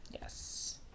Yes